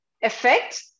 effect